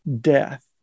death